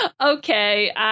Okay